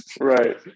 Right